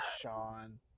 Sean